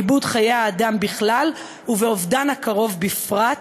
באיבוד חיי האדם בכלל ובאובדן הקרוב בפרט,